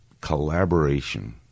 collaboration